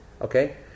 Okay